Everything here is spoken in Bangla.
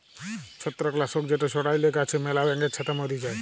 ছত্রাক লাসক যেট ছড়াইলে গাহাচে ম্যালা ব্যাঙের ছাতা ম্যরে যায়